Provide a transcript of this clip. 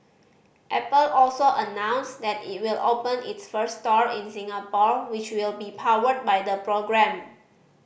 apple also announced that it will open its first store in Singapore which will be powered by the program